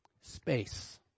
Space